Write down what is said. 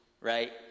right